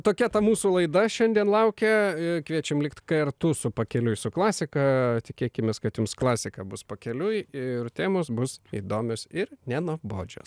tokia ta mūsų laida šiandien laukia kviečiam likt kartu su pakeliui su klasika tikėkimės kad jums klasika bus pakeliui ir temos bus įdomios ir nenuobodžios